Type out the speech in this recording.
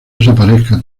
desaparezca